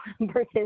versus